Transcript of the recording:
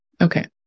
Okay